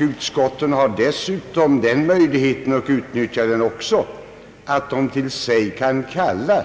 Utskotten utnyttjar dessutom möjligheten att till sig kalla